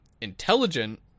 intelligent